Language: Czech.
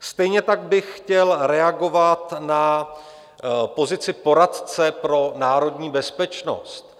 Stejně tak bych chtěl reagovat na pozici poradce pro národní bezpečnost.